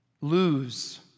Lose